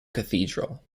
cathedral